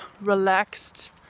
relaxed